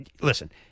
Listen